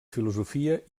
filosofia